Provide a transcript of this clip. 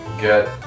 get